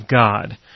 God